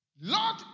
Lord